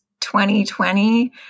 2020